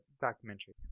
documentary